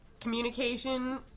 Communication